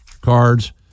cards